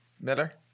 Miller